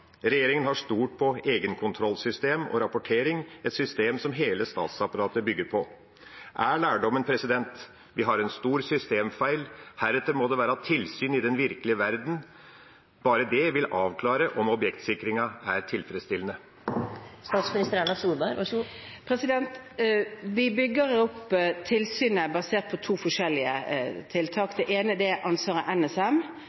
har stolt på egenkontrollsystem og rapportering, et system som hele statsapparatet bygger på. Er lærdommen at vi har en stor systemfeil, og at det heretter må være tilsyn i den virkelige verden? Bare det vil avklare om objektsikringen er tilfredsstillende. Vi bygger opp tilsynet basert på to forskjellige